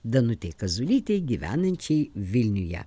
danutei kazulytei gyvenančiai vilniuje